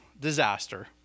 disaster